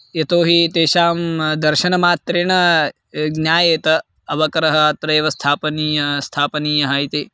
यतो हि तेषां दर्शनमात्रेण ज्ञायेत अवकरः अत्रैव स्थापनीयः स्थापनीयः इति